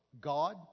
God